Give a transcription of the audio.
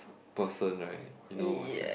person right you know what's that